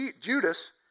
Judas